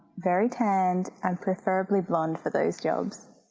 very tanned, and preferably blond for those jobs.